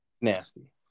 Nasty